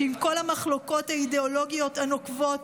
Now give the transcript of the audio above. שעם כל המחלוקות האידיאולוגיות הנוקבות,